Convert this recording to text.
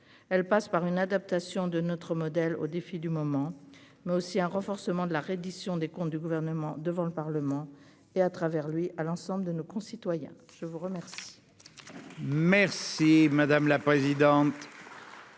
elle passe par une adaptation de notre modèle aux défis du moment mais aussi un renforcement de la reddition des comptes du gouvernement devant le Parlement, et à travers lui à l'ensemble de nos concitoyens, je vous remercie.